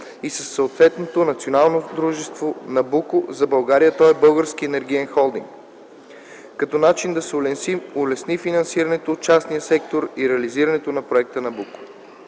и със съответното Национално дружество „Набуко” (за България то е Български енергиен холдинг), като начин да се улесни финансирането от частния сектор и реализирането на Проекта „Набуко”.